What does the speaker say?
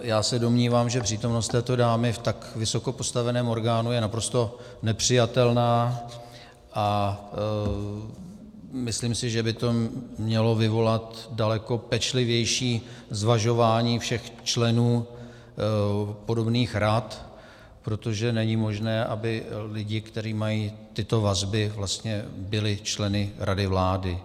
Já se domnívám, že přítomnost této dámy v tak vysoko postaveném orgánu je naprosto nepřijatelná, a myslím si, že by to mělo vyvolat daleko pečlivější zvažování všech členů podobných rad, protože není možné, aby lidi, kteří mají tyto vazby, byli členy rady vlády.